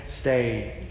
stay